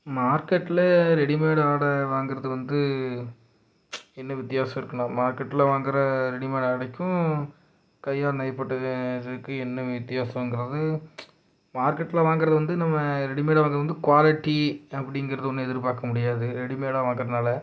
மார்க்கெட்டில் ரெடிமேட் ஆடை வாங்கிறது வந்து என்ன வித்தியாசம் இருக்குன்னால் மார்க்கெட்டில் வாங்கிற ரெடிமேட் ஆடைக்கும் கையால் நெய்யப்பட்ட இதுக்கு என்ன வித்தியாசங்கிறது மார்க்கெட்டில் வாங்கிறது வந்து நம்ம ரெடிமேட் வாங்கிறது வந்து குவாலிட்டி அப்படிங்கிறது ஒன்று எதிர்ப்பார்க்க முடியாது ரெடிமேடாக வாங்கிறதுனால